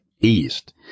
east